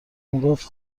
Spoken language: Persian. میگفت